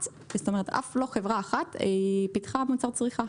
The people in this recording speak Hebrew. אף לא חברה אחת פיתחה מוצר צריכה,